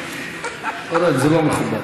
אורן, זה לא מכובד.